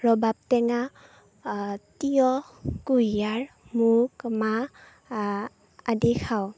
ৰবাব টেঙা তিয়ঁহ কুঁহিয়াৰ মুগ মাহ আদি খাওঁ